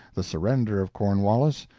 the surrender of cornwallis,